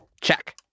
Check